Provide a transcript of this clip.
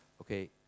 Okay